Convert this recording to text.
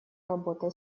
работой